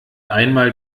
einmal